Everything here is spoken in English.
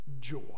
joy